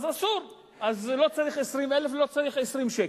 אז אסור ולא צריך 20,000 ולא צריך 20 שקל.